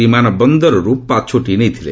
ବିମାନ ବନ୍ଦରରୁ ପାଛୋଟି ନେଇଥିଲେ